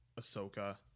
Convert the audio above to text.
Ahsoka